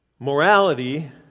morality